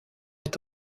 est